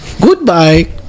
Goodbye